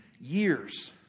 years